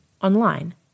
online